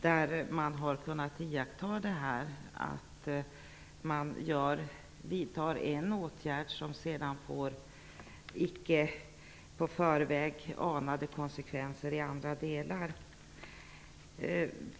Där har man kunnat iaktta att man vidtar en åtgärd som sedan får icke i förväg anade konsekvenser i andra delar.